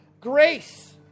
grace